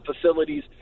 facilities